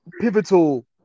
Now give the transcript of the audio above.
pivotal